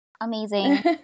Amazing